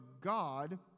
God